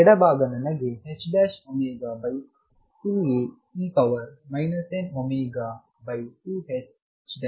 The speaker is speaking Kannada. ಎಡಬಾಗ ನನಗೆ ℏω2Ae mω2ℏx2 ಅನ್ನು ನೀಡುತ್ತದೆ